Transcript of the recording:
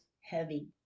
heavy